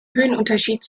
höhenunterschied